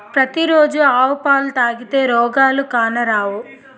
పతి రోజు ఆవు పాలు తాగితే రోగాలు కానరావు